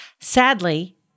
Sadly